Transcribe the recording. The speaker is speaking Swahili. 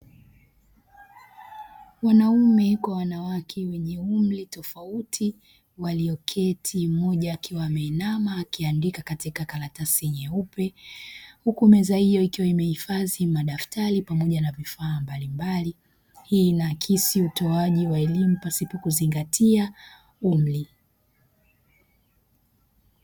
Wanaume kwa wanawake wenye umri tofauti walioketi, mmoja akiwa ameinama akiandika katika karatasi nyeupe. Huku meza hiyo ikiwa imehifadhi madaftari pamoja na vifaa mbalimbali. Hii inaakisi utoaji wa elimu pasipokuzingatia umri.